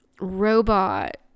robot